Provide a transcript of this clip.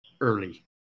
early